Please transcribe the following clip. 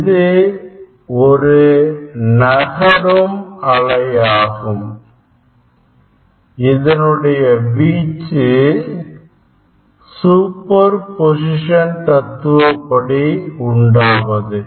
இது ஒரு நகரும் அலை ஆகும் இது இதனுடைய வீச்சு சூப்பர் பொசிஷன் தத்துவப்படி உண்டாவது